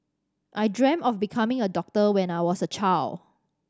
I dreamt of becoming a doctor when I was a child